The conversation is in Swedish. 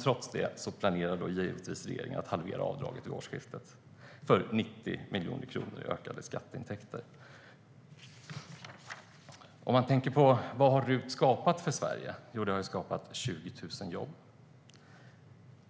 Trots det planerar regeringen att halvera avdraget vid årsskiftet för att få in 90 miljoner kronor i ökade skatteintäkter. Vad har RUT skapat för Sverige? Det har skapat 20 000 jobb.